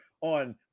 on